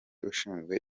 ushinzwe